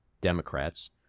Democrats